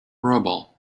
rubble